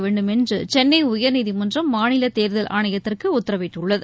வேண்டும் என்று சென்னை உயர்நீதிமன்றம் மாநில தேர்தல் ஆணையத்திற்கு உத்தரவிட்டுள்ளது